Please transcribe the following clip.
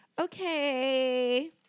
Okay